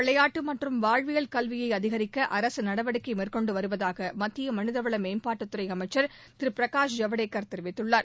விளையாட்டு மற்றும் வாழ்வியல் கல்விளய அதிகரிக்க அரசு நடவடிக்கை மேற்கொண்டு வருவதாக மத்திய மனிதவள மேம்பாட்டுத்துறை அளமச்சர் திரு பிரகாஷ் ஜவ்டேக்கர் தெரிவித்துள்ளார்